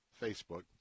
Facebook